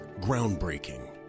Groundbreaking